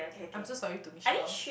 I'm so sorry to Michelle